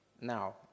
now